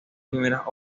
primeras